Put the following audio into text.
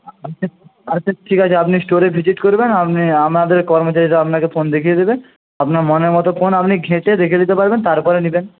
আচ্ছা ঠিক আছে আপনি স্টোরে ভিজিট করবেন আপনি আমাদের কর্মচারীরা আপনাকে ফোন দেখিয়ে দেবে আপনার মনের মত ফোন আপনি ঘেঁটে দেখে নিতে পারবেন তারপর নেবেন